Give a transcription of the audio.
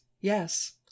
Yes